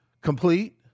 Complete